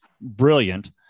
brilliant